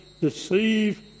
deceive